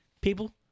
People